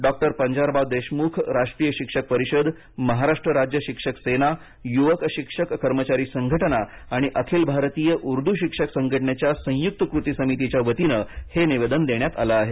doctor Panjabrao Deshmukh राष्ट्रीय शिक्षक परिषद महाराष्ट्र राज्य शिक्षक सेना युवक शिक्षक कर्मचारी संघटना आणि अखिल भारतीय उर्दू शिक्षक संघटनेच्या संयुक्त कृती समितीच्या वतीनं हे निवेदन देण्यात आलं आहे